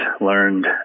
learned